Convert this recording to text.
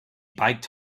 biked